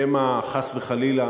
שמא חס וחלילה